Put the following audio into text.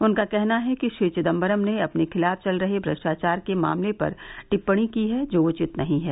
उनका कहना है कि श्री चिदम्बरम ने अपने खिलाफ चल रहे भ्रष्टाचार के मामले पर टिपणी की है जो उचित नहीं है